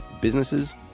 businesses